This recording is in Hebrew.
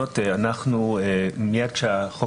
היינו בתוך ואקום חקיקתי-התקנתי ותקנות השר נחתמו ערב כניסת החוק